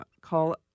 call